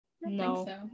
No